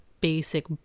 basic